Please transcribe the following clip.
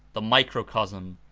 the microcosm,